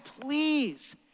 please